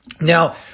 Now